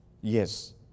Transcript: Yes